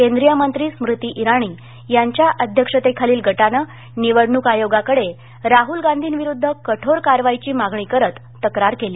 केंद्रिय मंत्री स्मृती इराणी यांच्या अध्यक्षतेखालील गटानं निवडणूक आयोगाकडे राहूल गांधींविरुध्द कठोर कारवाईची मागणी करत तक्रार केली